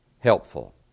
helpful